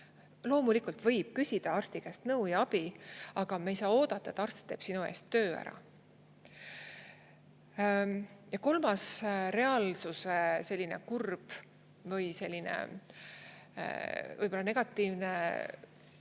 Loomulikult võib küsida arsti käest nõu ja abi, aga me ei saa oodata, et arst teeb sinu eest töö ära. Ja kolmas reaalsuse kurb või selline negatiivne